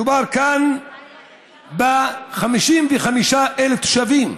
מדובר כאן ב-55,000 תושבים.